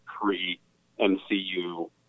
pre-MCU